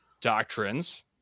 doctrines